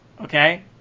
okay